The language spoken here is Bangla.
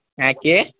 হ্যাঁ কে